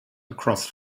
across